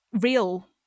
real